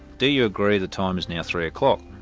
do you agree the time is now three o'clock?